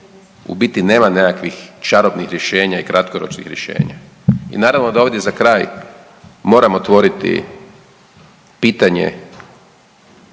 u biti nema nekakvih čarobnih rješenja i kratkoročnih rješenja i naravno da ovdje za kraj moram otvoriti pitanje